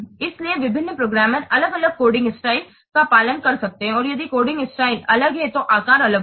इसलिए विभिन्न प्रोग्रामर अलग अलग कोडिंग स्टाइल का पालन कर सकते हैं और यदि कोडिंग स्टाइल अलग है तो आकार अलग होगा